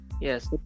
Yes